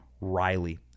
Riley